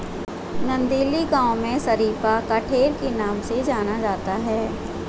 नंदेली गांव में शरीफा कठेर के नाम से जाना जाता है